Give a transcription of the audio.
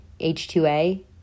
H2A